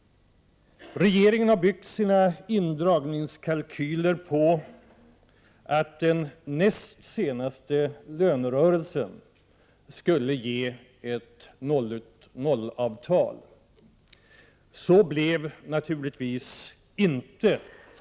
Regeringens indragningskalkyler gjordes med utgångspunkt i att den näst senaste lönerörelsen skulle ge ett nollavtal. Så blev det naturligtvis inte.